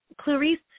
Clarice